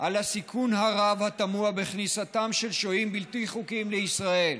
"על הסיכון הרב הטמון בכניסתם של שוהים בלתי חוקיים לישראל,